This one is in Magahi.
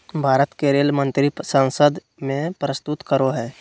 भारत के रेल मंत्री संसद में प्रस्तुत करो हइ